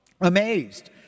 Amazed